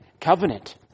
covenant